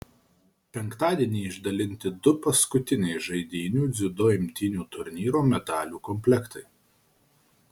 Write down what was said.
penktadienį išdalinti du paskutiniai žaidynių dziudo imtynių turnyro medalių komplektai